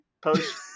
post